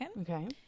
Okay